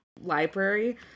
library